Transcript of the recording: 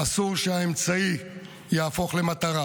אסור שהאמצעי יהפוך למטרה.